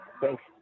Thanks